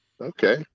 okay